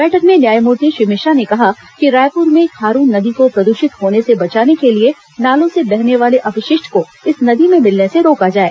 बैठक में न्यायमूर्ति श्री मिश्रा ने कहा कि रायपुर में खारून नदी को प्रदृषित होने से बचाने के लिए नालों से बहने वाले अपशिष्ट को इस नदी में मिलने र्स रोका जाए